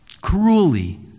cruelly